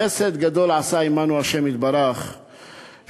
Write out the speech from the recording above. חסד גדול עשה עמנו השם יתברך שמישהו,